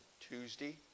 Tuesday